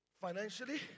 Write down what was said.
financially